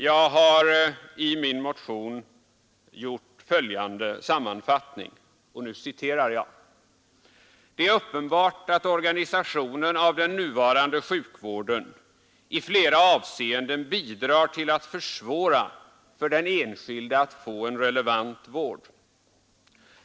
Jag har i min motion gjort följande sammanfattning: ”Det är uppenbart att organisationen av den nuvarande sjukvården i flera avseenden bidrar till att försvåra för den enskilde att få en relevant vård.